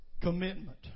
Commitment